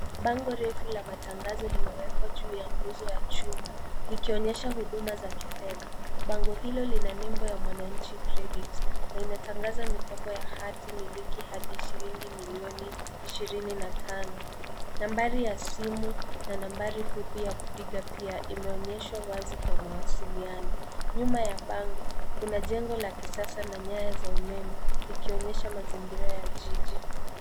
Bango refulq matangazo limewekwa juu ya nguzo la chuma likionyesha huduma za kufedha. Bango hilo lina nembo ya mwananchi [ credit] na inatangaza mikopo ya hati miliki hadi shilingi millioni ishirini na tano. Nambari ya simu na nambari fupi ya kupiga pia imeonyeshwa wazi kwa mawasiliano. Nyuma ya bango kuna jengo la kisasa na nyaya za umemeikionyesha mazingira ya jiji.